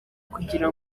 kugira